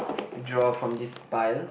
draw from this pile